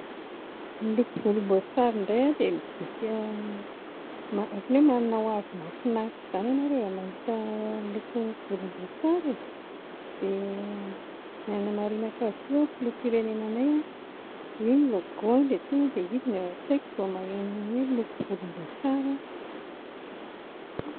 Ny loko volomboasary indray a dia midika, ohatran'ny hoe manana ho avy mahafinaritra izany ianao rehefa mahita loko volomboasary e dia ny hanamarinako azy koa ny filoham-pirenenanay io no logo-any dia tonga izy no ao an-tsaiko vao maheno hoe loko volomboasary aho